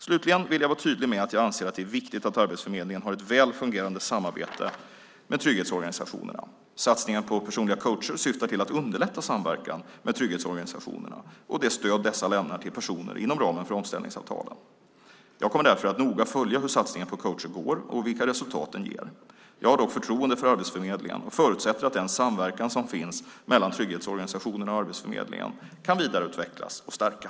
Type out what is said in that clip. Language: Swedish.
Slutligen vill jag vara tydlig med att jag anser att det är viktigt att Arbetsförmedlingen har ett väl fungerande samarbete med trygghetsorganisationerna. Satsningen på personliga coacher syftar till att underlätta samverkan med trygghetsorganisationerna och det stöd dessa lämnar till personer inom ramen för omställningsavtalen. Jag kommer därför att noga följa hur satsningen på coacher går och vilka resultat den ger. Jag har dock förtroende för Arbetsförmedlingen och förutsätter att den samverkan som finns mellan trygghetsorganisationerna och Arbetsförmedlingen kan vidareutvecklas och stärkas.